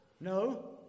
No